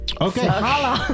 Okay